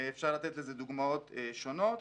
אפשר לתת לזה דוגמאות שונות.